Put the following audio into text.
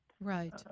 Right